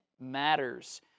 matters